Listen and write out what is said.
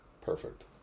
Perfect